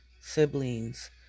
siblings